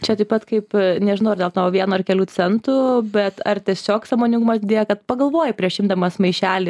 čia taip pat kaip nežinau ar dėl to vieno ar kelių centų bet ar tiesiog sąmoningumas didėja kad pagalvoji prieš imdamas maišelį